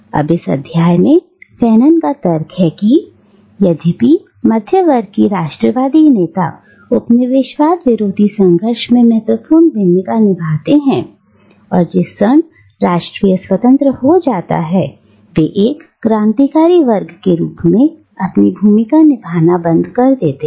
अब इस अध्याय में फैनन का तर्क है कि यद्यपि मध्यवर्ग की राष्ट्रवादी नेता उपनिवेशवाद विरोधी संघर्ष में महत्वपूर्ण भूमिका निभाते हैं और जिस क्षण राष्ट्रीय स्वतंत्र हो जाता है वे एक क्रांतिकारी वर्ग के रूप में अपनी भूमिका निभाना बंद कर देते हैं